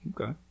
okay